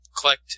Collect